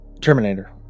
Terminator